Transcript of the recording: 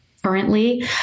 Currently